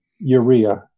urea